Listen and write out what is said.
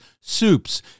soups